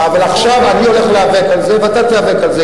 אבל עכשיו אני הולך להיאבק על זה ואתה תיאבק על זה.